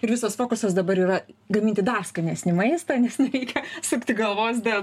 ir visas fokusas dabar yra gaminti dar skanesnį maistą nes nereikia sukti galvos dėl